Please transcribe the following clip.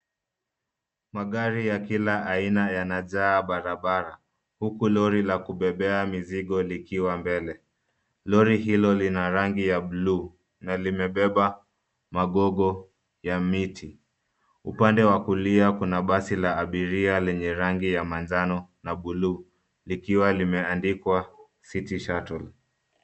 Magari ya kila aina yanajaa barabara, huku lori la kubebea mizigo likiwa mbele. Lori hilo lina rangi ya bluu na limebeba magogo ya miti. Upande wa kulia kuna basi la abiria, lenye rangi ya manjano na bluu, likiwa limeandikwa City Shuttle.